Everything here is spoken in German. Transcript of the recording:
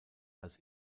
als